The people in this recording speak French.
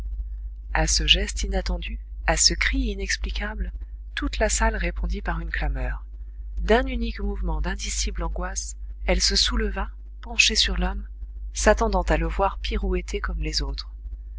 a ce geste inattendu à ce cri inexplicable toute la salle répondit par une clameur d'un unique mouvement d'indicible angoisse elle se souleva penchée sur l'homme s'attendant à le voir pirouetter comme les autres